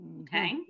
Okay